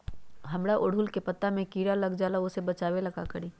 हमरा ओरहुल के पत्ता में किरा लग जाला वो से बचाबे ला का करी?